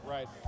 Right